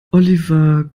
oliver